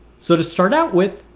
so to start out with,